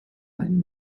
ein